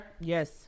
Yes